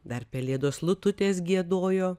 dar pelėdos lututės giedojo